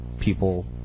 people